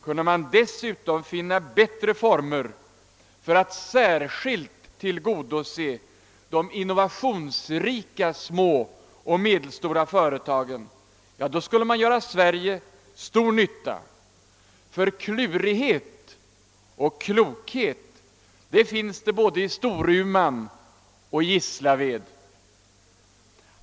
Kunde man dessutom finna bättre former för att särskilt tillgodose de innovationsrika små och medelstora företagen, skulle man göra Sverige stor nytta. Klurighet och klokhet finns nämligen både i Storuman och i Gislaved.